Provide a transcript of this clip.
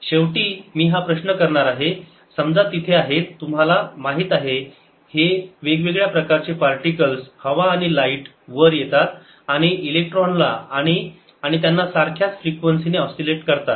शेवटी मी हा प्रश्न करणार आहे समजा तिथे आहेत तुम्हाला माहित आहे हे वेगवेगळ्या प्रकारचे पार्टिकल्स हवा आणि लाईट वर येतात आणि इलेक्ट्रॉन ला आणि आणि त्यांना सारख्याच फ्रिक्वेन्सीने ऑस्सीलेट करतात